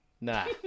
Nah